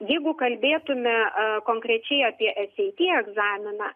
jeigu kalbėtume konkrečiai apie es ei ty egzaminą